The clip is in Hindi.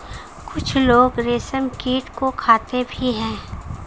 कुछ लोग रेशमकीट को खाते भी हैं